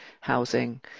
housing